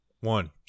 one